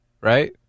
right